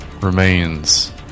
remains